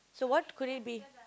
so what could it be